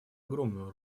огромную